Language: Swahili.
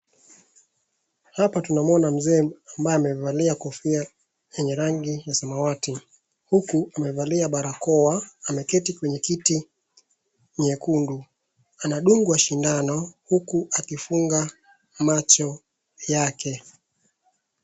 Hapa tunamwona mzee ambaye amevalia kofia yenye rangi ya samawati huku amevalia barakoa. Ameketi kwenye kiti nyekundu. Anadungwa sindano huku akifunga macho yake.